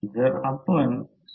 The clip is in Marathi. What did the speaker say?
आणि हे मॅक्सीमम व्होल्टेज आहे